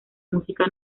música